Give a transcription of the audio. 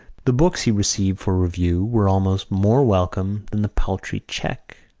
the books he received for review were almost more welcome than the paltry cheque.